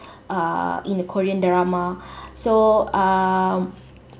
uh in the korean drama so um